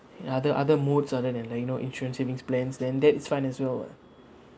other other modes other than like you know insurance savings plans then that is fine as well what